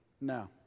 No